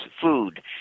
food